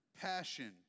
passion